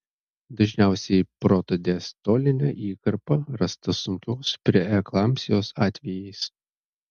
dažniausiai protodiastolinė įkarpa rasta sunkios preeklampsijos atvejais